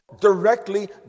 directly